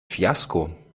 fiasko